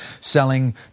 selling